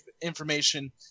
information